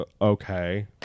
okay